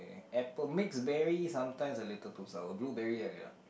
apple mixed berries sometimes a little too sour blueberry I ya